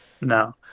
No